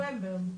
בנובמבר,